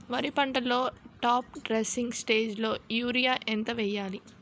వరి పంటలో top dressing స్టేజిలో యూరియా ఎంత వెయ్యాలి?